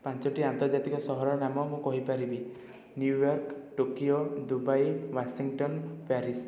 ପାଞ୍ଚୋଟି ଆନ୍ତର୍ଜାତିକ ସହରର ନାମ ମୁଁ କହିପାରିବି New York Tokyo Dubai Washington Paris